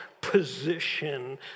position